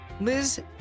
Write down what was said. Liz